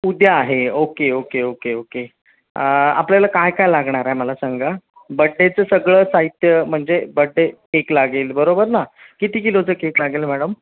उद्या आहे okay okay okay okay आपल्याला काय काय लागणार आहे मला सांगा बड्डेचं सगळं साहित्य म्हणजे बड्डे केक लागेल बरोबर ना किती किलोचं केक लागेल मॅडम